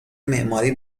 معماری